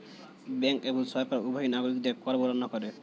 bank এবং সরকার উভয়ই নাগরিকদের কর গণনা করে